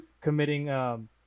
committing